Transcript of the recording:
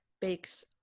bakes